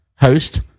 Host